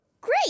Great